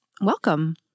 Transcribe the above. Welcome